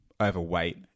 overweight